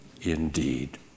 indeed